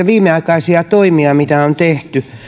viimeaikaisista toimista mitä on tehty